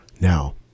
Now